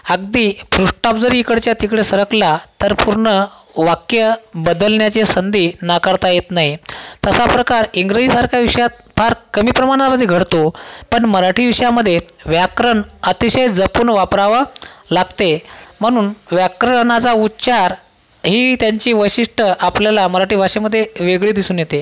अगदी फुलस्टॉप जरी इकडच्या तिकडं सरकला तर पूर्ण वाक्य बदलण्याची संधी नाकारता येत नाही तसा प्रकार इंग्रजीसारख्या विषयात फार कमी प्रमाणामध्ये घडतो पण मराठी विषयामध्ये व्याकरण अतिशय जपून वापरावा लागते म्हणून व्याकरणाचा उच्चार ही त्यांची वैशिष्ट्य आपल्याला मराठी भाषेमध्ये वेगळी दिसून येते